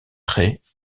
traits